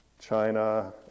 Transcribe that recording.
China